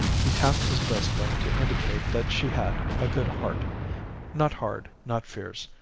he tapped his breastbone to indicate that she had a good heart not hard, not fierce,